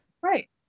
Right